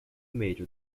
major